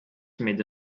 made